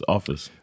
Office